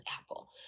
apple